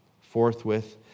forthwith